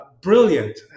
brilliant